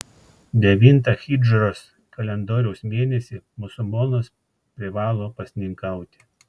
devintą hidžros kalendoriaus mėnesį musulmonas privalo pasninkauti